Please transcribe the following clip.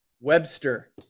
Webster